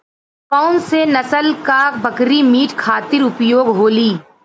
कौन से नसल क बकरी मीट खातिर उपयोग होली?